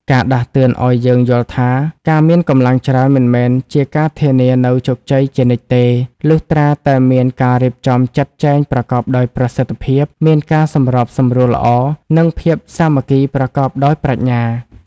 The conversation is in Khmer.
វាដាស់តឿនឲ្យយើងយល់ថា ការមានកម្លាំងច្រើនមិនមែនជាការធានានូវជោគជ័យជានិច្ចទេ លុះត្រាតែមានការរៀបចំចាត់ចែងប្រកបដោយប្រសិទ្ធភាព មានការសម្របសម្រួលល្អ និងភាពសាមគ្គីប្រកបដោយប្រាជ្ញា។